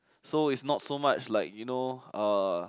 so is not so much like you know uh